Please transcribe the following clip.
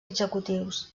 executius